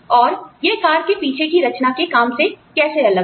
और यह कार के पीछे की रचना के काम से कैसे अलग है